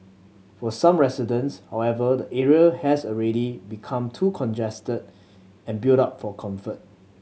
for some residents however the area has already become too congested and built up for comfort